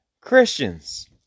Christians